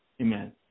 Amen